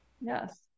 Yes